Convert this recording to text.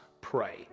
pray